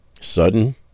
sudden